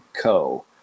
Co